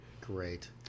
great